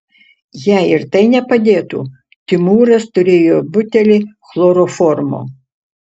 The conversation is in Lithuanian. jei ir tai nepadėtų timūras turėjo butelį chloroformo